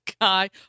guy